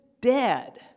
dead